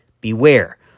Beware